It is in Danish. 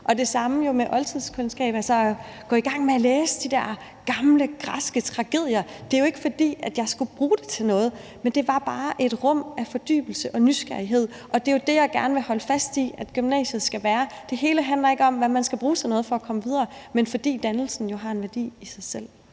og det samme med oldtidskundskab – det at gå i gang med at læse de der gamle græske tragedier. Det er jo ikke, fordi jeg skulle bruge det til noget, men det var bare et rum af fordybelse og nysgerrighed, og det er det, jeg gerne vil holde fast i at gymnasiet skal være. Det hele handler ikke om, hvad man skal bruge til noget for at komme videre, men at dannelsen har en værdi i sig selv.